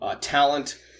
talent